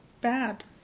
Bad